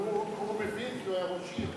הוא מבין, כי הוא היה ראש עיר.